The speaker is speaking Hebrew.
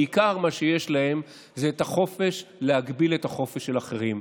שיש להם בעיקר הוא את החופש להגביל את החופש של אחרים.